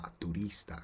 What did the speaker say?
turista